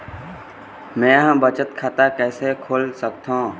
मै ह बचत खाता कइसे खोल सकथों?